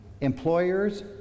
employers